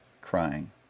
crying